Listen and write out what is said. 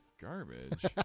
Garbage